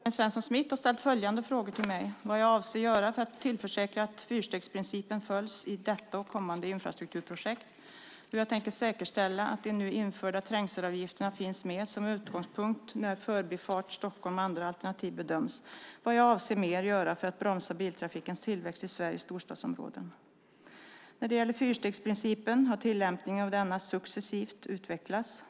Fru talman! Karin Svensson Smith har frågat mig vad jag avser att göra för att tillförsäkra att fyrstegsprincipen följs i detta och kommande infrastrukturprojekt, hur jag tänker säkerställa att de nu införda trängselavgifterna finns med som en utgångspunkt när Förbifart Stockholm och andra alternativ bedöms, vad mer jag avser att göra för att bromsa biltrafikens tillväxt i Sveriges storstadsområden. När det gäller fyrstegsprincipen har tillämpningen av denna successivt utvecklats.